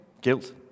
guilt